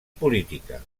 política